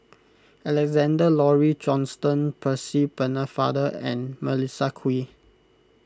Alexander Laurie Johnston Percy Pennefather and Melissa Kwee